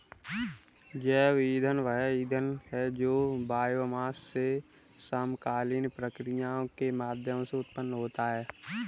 जैव ईंधन वह ईंधन है जो बायोमास से समकालीन प्रक्रियाओं के माध्यम से उत्पन्न होता है